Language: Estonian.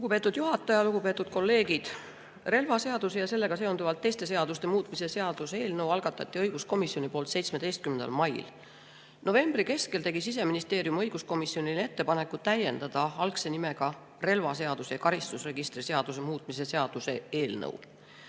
Lugupeetud juhataja! Lugupeetud kolleegid! Relvaseaduse ja sellega seonduvalt teiste seaduste muutmise seaduse eelnõu algatas õiguskomisjon [mullu] 17. mail. Novembri keskel tegi Siseministeerium õiguskomisjonile ettepaneku täiendada algse nimega relvaseaduse ja karistusregistri seaduse muutmise seaduse eelnõu.